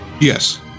Yes